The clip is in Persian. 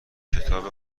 کتاب